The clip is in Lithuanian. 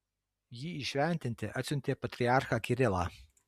jį įšventinti atsiuntė patriarchą kirilą